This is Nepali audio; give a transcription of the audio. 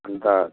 अन्त